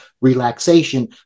relaxation